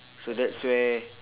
so that's where